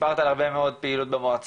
סיפרת הרבה מאוד על המועצה,